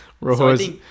Rojo